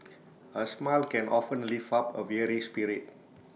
A smile can often lift up A weary spirit